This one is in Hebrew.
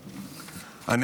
למניינם.